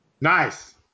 Nice